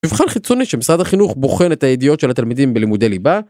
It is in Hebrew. מבחן חיצוני שמשרד החינוך בוחן את הידיעות של התלמידים בלימודי ליבה?